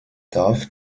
dorf